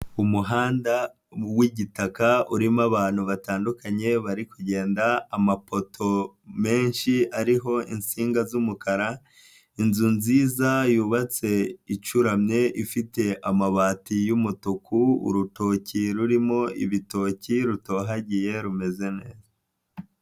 Umuhanda ni uw'igitaka, urimo abantu batandukanye bari kugenda, amapoto menshi ariho insinga z'umukara, inzu nziza yubatse icuramye, ifite amabati y'umutuku, urutoki rurimo ibitoki, rutohagiye rumeze neza.